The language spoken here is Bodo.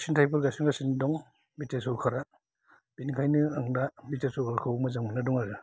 गायसिनथायबो गायसिनगासिनो दं बि टि आर सरकारा बेनिखायनो आं दा बि टि आर सरकारखौ मोजां मोन्ना दं आरो